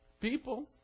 people